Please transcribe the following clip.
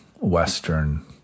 Western